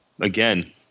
again